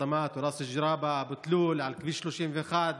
ראס ג'ראבה, אבו תלול, על כביש 31,